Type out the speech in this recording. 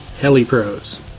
HeliPros